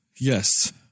Yes